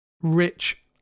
Rich